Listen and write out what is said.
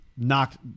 knocked